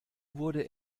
wurde